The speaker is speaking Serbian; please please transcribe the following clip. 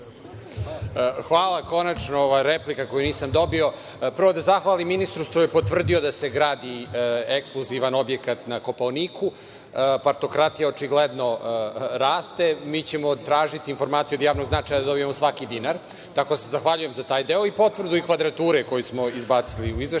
Hvala. Konačno replika koju nisam dobio. Prvo, da zahvalim ministru što je potvrdio da se gradi ekskluzivan objekat na Kopaoniku. Partokratija očigledno raste. Mi ćemo tražiti informaciju od javnog značaja da dobijemo svaki dinar, tako da se zahvaljujem za taj deo i potvrdu kvadrature koju smo izbacili u izveštaju. Što